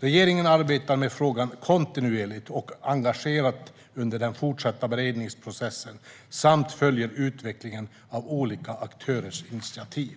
Regeringen arbetar med frågan kontinuerligt och engagerat under den fortsatta beredningsprocessen och följer utvecklingen av olika aktörers initiativ.